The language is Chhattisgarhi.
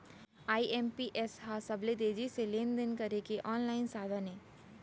आई.एम.पी.एस ह सबले तेजी से लेन देन करे के आनलाइन साधन अय